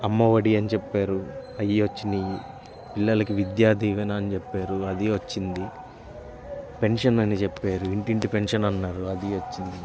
అమ్మవడి అని చెప్పారు అయ్యి వచ్చినియి పిల్లలకి విద్యా దీవెన అని చెప్పారు అదీ వచ్చింది పెన్షన్ అని చెప్పారు ఇంటింటి పెన్షన్ అన్నారు అదీ వచ్చింది